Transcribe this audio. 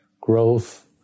growth